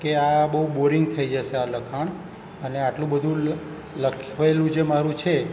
કે આ બહુ બોરિંગ થઈ જશે આ લખાણ અને આટલું બધુ લખેલું જે મારું છે